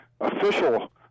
official